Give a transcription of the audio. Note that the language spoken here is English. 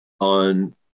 on